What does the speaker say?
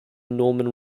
norman